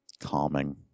Calming